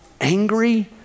Angry